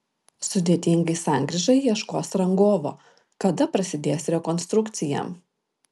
sudėtingai sankryžai ieškos rangovo kada prasidės rekonstrukcija